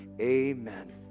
Amen